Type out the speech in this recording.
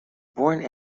born